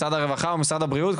משרד הרווחה או משרד הבריאות,